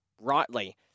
rightly